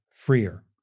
freer